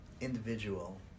individual